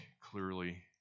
clearly